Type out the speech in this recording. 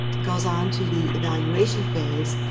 goes onto the evaluation phase.